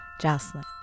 jocelyn